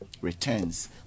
returns